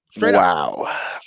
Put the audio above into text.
Wow